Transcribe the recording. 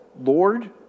Lord